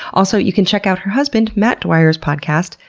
also you can check out her husband matt dwyer's podcast,